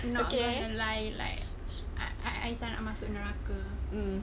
not gonna lie like I I tak nak masuk neraka